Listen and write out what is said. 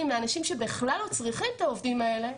מאנשים שבכלל לא צריכים את העובדים האלה,